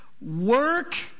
Work